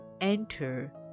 enter